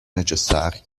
necessari